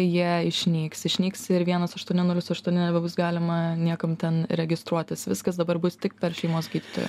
jie išnyks išnyks ir vienas aštuoni nulis aštuoni nebebus galima niekam ten registruotis viskas dabar bus tik per šeimos gydytoją